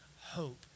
hope